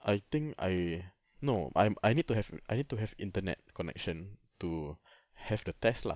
I think I no I'm I need to have I need to have internet connection to have the test lah